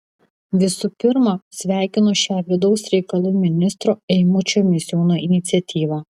visų pirma sveikinu šią vidaus reikalų ministro eimučio misiūno iniciatyvą